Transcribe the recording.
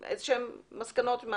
מסקנות.